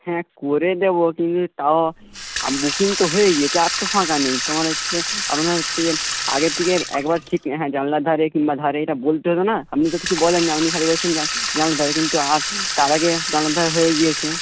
হ্যাঁ করে দেবো কিন্তু তাও বুকিং তো হয়ে গিয়েছে আর তো ফাঁকা নেই তোমার হচ্ছে আপনার হচ্ছে যে আগে থেকে একবার ঠিক হ্যাঁ জানালার ধারে কিংবা ধারে এটা বলতে হতো না আপনি তো কিছু বলেননি আপনি খালি বলছেন জানালার ধারে কিন্তু আর তার আগে জানালার ধারে হয়ে গিয়েছে